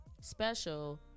special